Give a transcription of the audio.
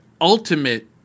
ultimate